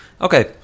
okay